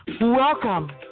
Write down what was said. Welcome